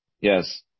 Yes